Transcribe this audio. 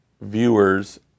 viewers